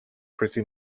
pretty